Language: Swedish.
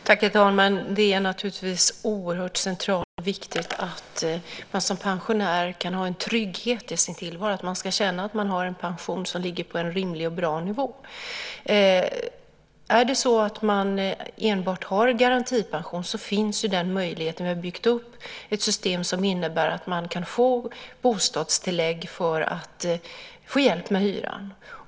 Herr talman! Det är naturligtvis oerhört centralt och viktigt att man som pensionär kan ha en trygghet i sin tillvaro, att man ska kunna känna att man har en pension som ligger på en rimlig och bra nivå. För den som har enbart garantipension har vi byggt upp ett system som innebär att man kan få bostadstillägg som hjälp till hyran.